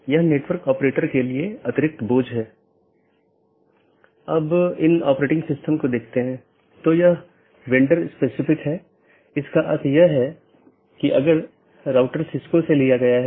तो इस ईजीपी या बाहरी गेटवे प्रोटोकॉल के लिए लोकप्रिय प्रोटोकॉल सीमा गेटवे प्रोटोकॉल या BGP है